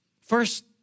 first